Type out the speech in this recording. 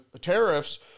tariffs